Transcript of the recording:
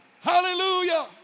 Hallelujah